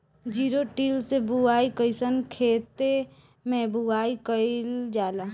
Zero till से बुआई कयिसन खेते मै बुआई कयिल जाला?